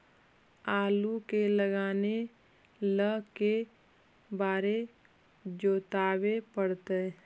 आलू के लगाने ल के बारे जोताबे पड़तै?